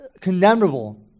condemnable